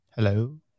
hello